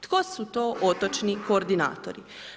Tko su to otočni koordinatori?